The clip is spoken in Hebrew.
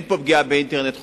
אין פה פגיעה באינטרנט חופשי.